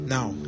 Now